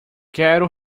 quero